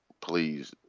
please